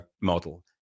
model